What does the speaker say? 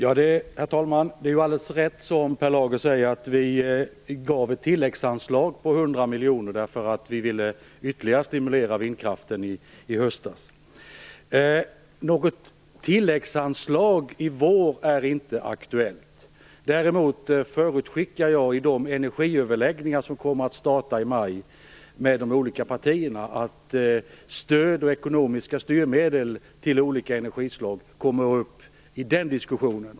Herr talman! Vi gav i höstas, som Per Lager säger, ett tilläggsanslag på 100 miljoner därför att vi ytterligare ville stimulera vindkraften. Något tilläggsanslag i vår är inte aktuellt. Däremot förutskickar jag att frågor rörande stöd och ekonomiska styrmedel till olika energislag kommer att tas upp i de energiöverläggningar som startar i maj med företrädare för de olika partierna.